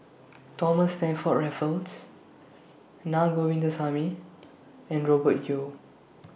Thomas Stamford Raffles Naa Govindasamy and Robert Yeo